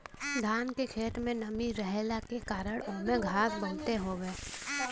धान के खेत में नमी रहला के कारण ओमे घास बहुते होत हवे